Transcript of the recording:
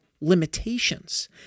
limitations